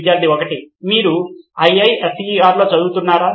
విద్యార్థి 1 మీరు IISER లో చదువుతున్నారా